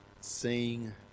seeing